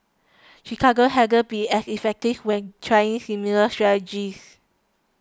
Chicago hasn't been as effective when trying similar strategies